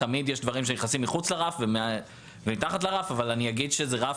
תמיד יש דברים שנשארים מחוץ לרף ומתחת לרף אבל אגיד שזה רף,